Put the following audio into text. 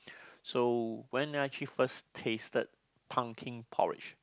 so when I actually first tasted pumpkin porridge